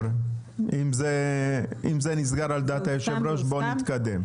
אם זה נסגר על דעת היושב-ראש, נתקדם.